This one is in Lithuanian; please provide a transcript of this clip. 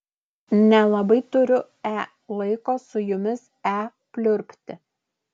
nelabai turiu e laiko su jumis e pliurpti